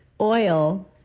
oil